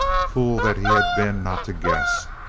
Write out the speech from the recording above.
fool that he had been not to guess.